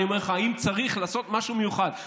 ואני אומר לך אם צריך לעשות משהו מיוחד.